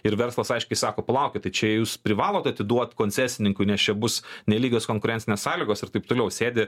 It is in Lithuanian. ir verslas aiškiai sako palaukit tai čia jūs privalot atiduot koncesininkui nes čia bus nelygios konkurencinės sąlygos ir taip toliau sėdi